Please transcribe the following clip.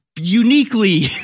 uniquely